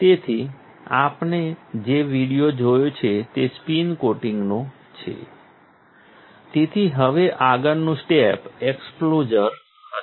તેથી આપણે જે વિડિઓ જોયો છે તે સ્પિન કોટિંગનો છે તેથી હવે આગળનું સ્ટેપ એક્સપોઝર હશે